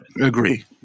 Agree